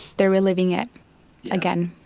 they're reliving it again